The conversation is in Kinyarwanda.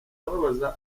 kubabaza